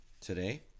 today